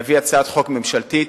להביא הצעת חוק ממשלתית,